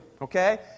okay